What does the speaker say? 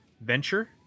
venture